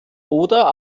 oder